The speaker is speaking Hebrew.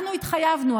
אנחנו התחייבנו,